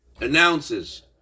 announces